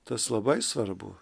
tas labai svarbu